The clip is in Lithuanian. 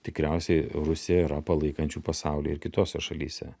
tikriausiai rusiją yra palaikančių pasauly ir kitose šalyse